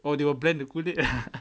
oh do you blend the kulit ah